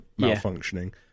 malfunctioning